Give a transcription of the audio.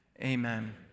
Amen